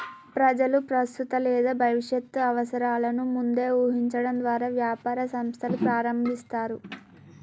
ప్రజలు ప్రస్తుత లేదా భవిష్యత్తు అవసరాలను ముందే ఊహించడం ద్వారా వ్యాపార సంస్థలు ప్రారంభిస్తారు